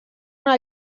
una